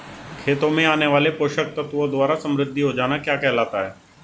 खेतों में आने वाले पोषक तत्वों द्वारा समृद्धि हो जाना क्या कहलाता है?